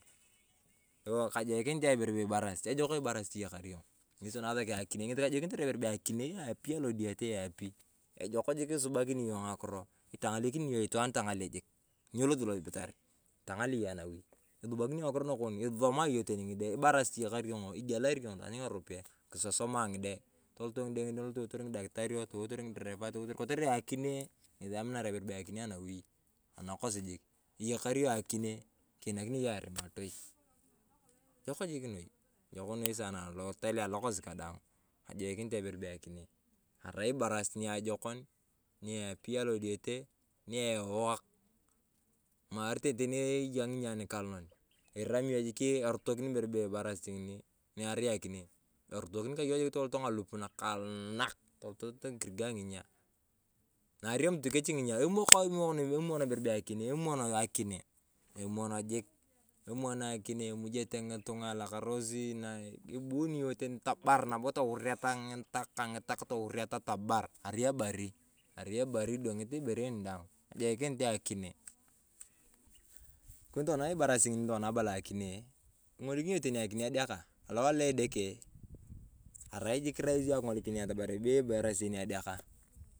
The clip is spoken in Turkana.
Kajokinit ayong ibere bee ibarasit. Ejok ibarasit iyakar yong. Ng’esi to kona asakia akinee, ng'esi kajokinitor ayong ibere bee akinee apii. Ejok jik isubakini yong ng’akiro. Itang’alakini yong itwaan tong’alae jik. Nyo losi losibitar. Itang’alae yong anawi. Isubakini yong ng'akiro nakon, isisomae yong teni ng’ide. Ibarasit nyakar yong’oo igelar yong taany ng’aropeyae kisisomaa ng’ide. Toloto ng’ide toliwor ng’idakitario, toluworotor ng’iderepae kotere akinee, ng'esi aminar ayong ibere bee akinee anawi nakosi jik. Iyakar yong akinee, kiinanio yong arimatoii, ejok jik noi. Ejok noi saanaa alotalio alokosi kadaang kajokinit ayong ibere bee akinee, arai ibarasit niajokon nyi apei alodeyete, nyewak maree tete eya ng’inyaa nikalonon. Irami yong jikii erotokini kayong jikii toloto ng’alup nakalonaaaak. Toloto kirigaa ng’inyaa. Na aramut kechi ng'inyaa kimono ibere bee akinee, emoon akinee, emoon jik. Emoon akinee emujeteng’itung’a elakarosi na ebuuni yong teni tabar nabo toureta ng’itaka ng'itak toureta tabar arai ebari, arai ebari edung’iit ibere daang. Kajokinit ayong akinee. Ikoni tona ibarasit ng'oni nitokona abala ayong akinee, ng’olikini yong teni akinee nitiedeak alowae alo edeke, arai jik yong rahisi aking’olikin atamari bee ibarasit enia edekaa.